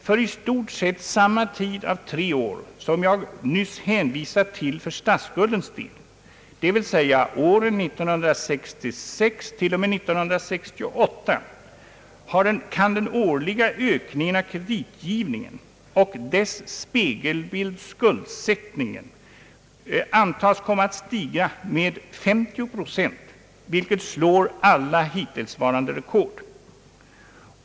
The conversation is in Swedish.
För i stort sett samma tid av tre år som jag nyss hänvisade till beträffande statsskulden, alltså åren 1966—1969, kan den årliga ökningen av kreditgivningen och dess spegelbild skuldsättningen antas komma att bli 50 procent, vilket slår alla hittillsvarande rekord.